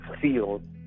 field